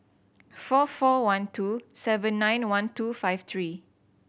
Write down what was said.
four four one two seven nine one two five three